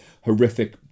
horrific